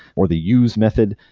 or the use method.